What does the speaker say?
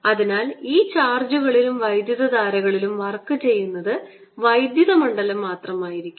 അതിനാൽ ഈ ചാർജുകളിലും വൈദ്യുതധാരകളിലും വർക്ക് ചെയ്യുന്നത് വൈദ്യുത മണ്ഡലം മാത്രമായിരിക്കും